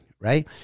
right